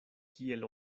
kiel